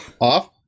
off